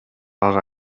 ага